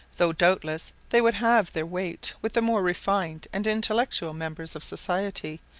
though doubtless they would have their weight with the more refined and intellectual members of society,